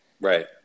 Right